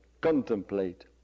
contemplate